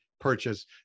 purchase